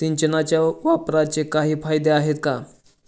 सिंचनाच्या वापराचे काही फायदे आहेत का?